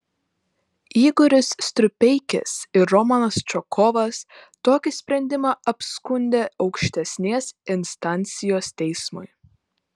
igoris strupeikis ir romanas čokovas tokį sprendimą apskundė aukštesnės instancijos teismui